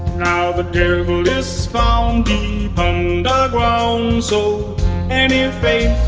now the devil is found deep underground so any and faith